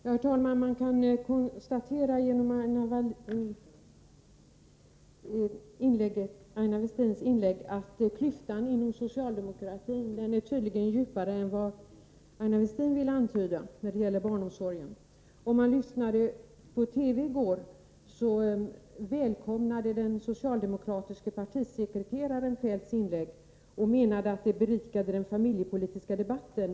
Herr talman! Av Aina Westins inlägg kan man dra slutsatsen att klyftan inom socialdemokratin vad gäller barnomsorgen tydligen är djupare än hon själv vill tillstå. I ett program i TV i går kväll välkomnade den socialdemokratiske partisekreteraren Kjell-Olof Feldts inlägg och menade att det berikade den familjepolitiska debatten.